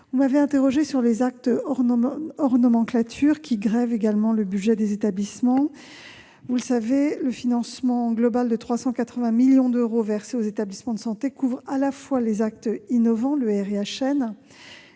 Vous m'avez interrogée sur les actes hors nomenclature, qui grèvent également le budget des établissements. Vous le savez, le financement global de 380 millions d'euros versé aux établissements de santé couvre à la fois les actes innovants au